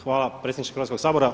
Hvala predsjedniče Hrvatskog sabora.